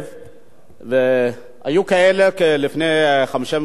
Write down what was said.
והיו כאלה, לפני 55 ימים,